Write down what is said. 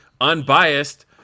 unbiased